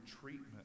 treatment